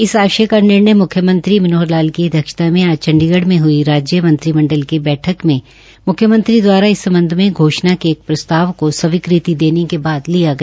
इस आशय का निर्णय मुख्यमंत्री श्री मनोहर लाल की अध्यक्षता में आज चंडीगढ़ में हई राज्य मंत्रिमंडल की बैठक में मुख्यमंत्री दवारा इस संबंध में घोषणा के एक प्रस्ताव को स्वीकृति देने के बाद लिया गया